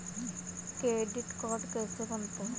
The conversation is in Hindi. क्रेडिट कार्ड कैसे बनता है?